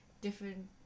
different